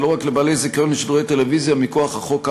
ולא רק לבעלי זיכיון לשידורי טלוויזיה מכוח החוק האמור.